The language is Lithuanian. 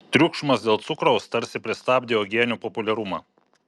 triukšmas dėl cukraus tarsi pristabdė uogienių populiarumą